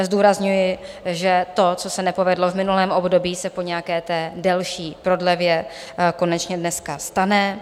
Zdůrazňuji, že to, co se nepovedlo v minulém období, se po nějaké delší prodlevě konečně dneska stane.